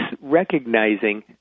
recognizing